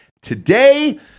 Today